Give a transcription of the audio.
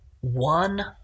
one